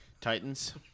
Titans